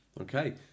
okay